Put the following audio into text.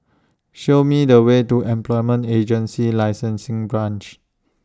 Show Me The Way to Employment Agency Licensing Branch